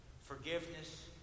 Forgiveness